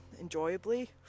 enjoyably